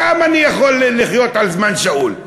כמה אני יכול לחיות על זמן שאול?